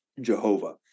Jehovah